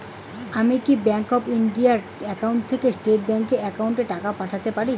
আমি কি bank of India এর একাউন্ট থেকে স্টেট ব্যাংক এর একাউন্টে টাকা পাঠাতে পারি?